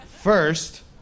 First